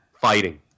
Fighting